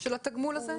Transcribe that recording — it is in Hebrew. של התגמול הזה?